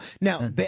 Now